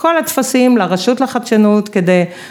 ‫כל הטפסים לרשות לחדשנות כדי...